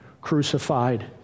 crucified